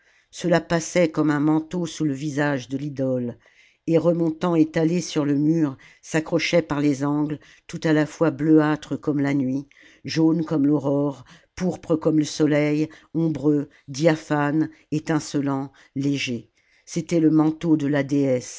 cela passait comme un manteau sous le visage de l'idole et remontant étalé sur le mur s'accrochait par les angles tout à la fois bleuâtre comme la nuit jaune comme l'aurore pourpre comme le soleil ombreux diaphane étincelant léger c'était le manteau de la